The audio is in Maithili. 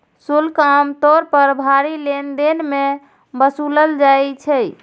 शुल्क आम तौर पर भारी लेनदेन मे वसूलल जाइ छै